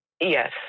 Yes